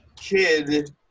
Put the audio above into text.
kid